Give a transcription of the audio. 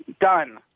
Done